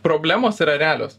problemos yra realios